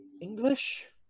English